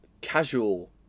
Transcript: casual